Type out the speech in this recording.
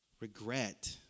regret